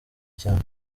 cyane